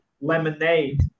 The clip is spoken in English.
lemonade